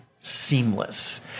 seamless